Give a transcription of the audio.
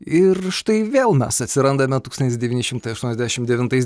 ir štai vėl mes atsirandame tūkstantis devyni šimtai aštuoniasdešim devintais